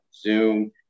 Zoom